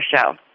show